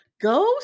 go